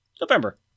November